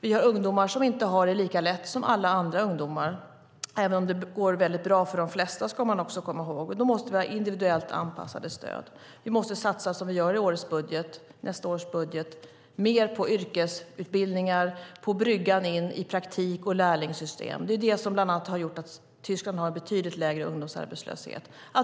Det finns ungdomar som inte har det lika lätt som andra ungdomar, även om man ska komma ihåg att det går väldigt bra för de flesta. Då måste vi ha individuellt anpassade stöd. Vi måste, som vi gör i nästa års budget, satsa mer på yrkesutbildningar och på bryggan in i praktik och lärlingssystem. Det är det som har gjort att bland annat Tyskland har en betydligt lägre ungdomsarbetslöshet.